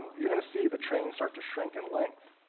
you're gonna see the train start to shrink in length,